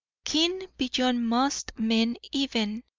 keen beyond most men even,